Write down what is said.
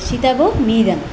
Sitabhog মিহিদানা